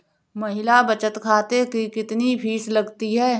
महिला बचत खाते की कितनी फीस लगती है?